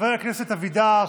חבר הכנסת אבידר,